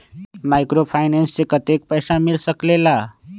Microfinance से कतेक पैसा मिल सकले ला?